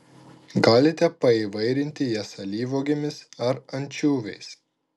galite paįvairinti jas alyvuogėmis ar ančiuviais